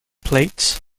plates